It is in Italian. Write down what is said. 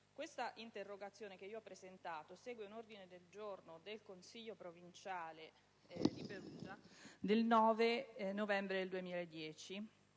Questa interrogazione che ho presentato segue un ordine del giorno del Consiglio provinciale di Perugia del 9 novembre 2010